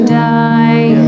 die